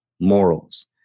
morals